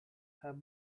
have